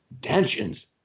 tensions